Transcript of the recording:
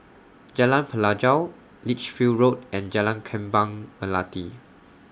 Jalan Pelajau Lichfield Road and Jalan Kembang Melati